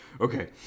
Okay